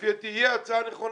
שלפי דעתי היא ההצעה הנכונה,